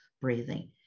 breathing